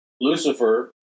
Lucifer